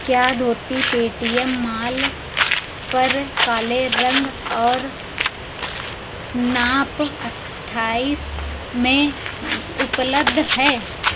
क्या dhoti Paytm mall पर काले रंग और नाप अट्ठाइस में उपलब्ध है